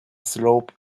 slope